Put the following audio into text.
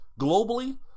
globally